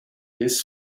his